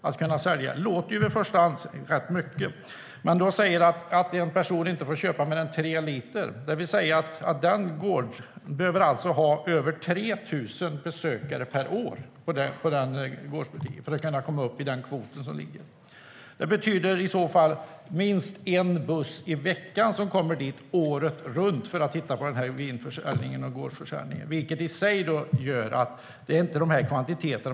Det låter rätt mycket. Det framgår att en person inte får köpa mer än tre liter. En gård behöver alltså ha över 3 000 besökare per år för att komma upp i den kvoten. Det betyder i så fall minst en busslast besökare i veckan året runt för att titta på gårdsförsäljningen. Man kommer alltså inte att komma upp i dessa kvantiteter.